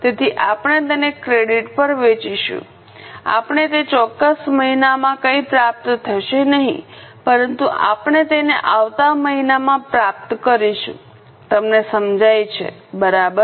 તેથી આપણે તેને ક્રેડિટ પર વેચીશું આપણે તે ચોક્કસ મહિનામાં કંઇ પ્રાપ્ત થશે નહીં પરંતુ આપણે તેને આવતા મહિનામાં પ્રાપ્ત કરીશું તમને સમજાય છે બરાબર